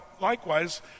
likewise